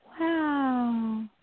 Wow